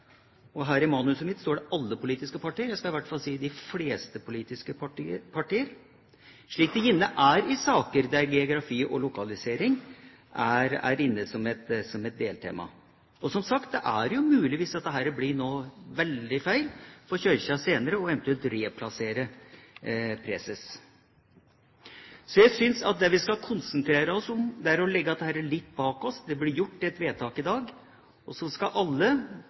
og her i manuset mitt står det alle politiske partier, jeg vil i hvert fall si innen de fleste politiske partier, slik det gjerne er i saker der geografi og lokalisering er inne som et deltema. Det er, som sagt, mulig hvis dette blir veldig feil for Kirka seinere, eventuelt å replassere preses. Så jeg syns at det vi skal konsentrere oss om, er å legge dette litt bak oss. Det vil bli gjort et vedtak i dag, og så skal